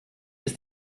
ist